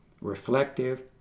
reflective